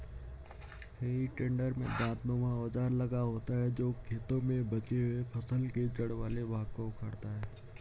हेइ टेडर में दाँतनुमा औजार लगा होता है जो खेतों में बचे हुए फसल के जड़ वाले भाग को उखाड़ता है